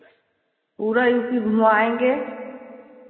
पूरा U P घुमाएँगे